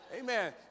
Amen